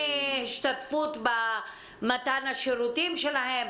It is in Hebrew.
דמי השתתפות במתן השירותים שלהם?